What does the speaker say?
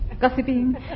Gossiping